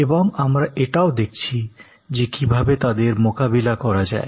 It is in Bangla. এবং আমরা এটাও দেখছি যে কী ভাবে তাদের মোকাবিলা করা যায়